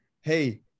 hey